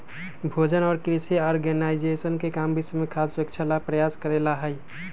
भोजन और कृषि ऑर्गेनाइजेशन के काम विश्व में खाद्य सुरक्षा ला प्रयास करे ला हई